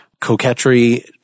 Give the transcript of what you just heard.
coquetry